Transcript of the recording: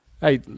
Hey